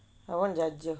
I won't judge you